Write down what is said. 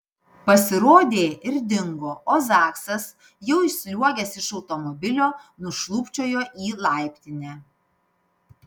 pasirodė ir dingo o zaksas jau išsliuogęs iš automobilio nušlubčiojo į laiptinę